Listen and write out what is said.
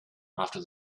after